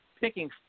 picking